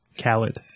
Khaled